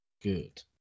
good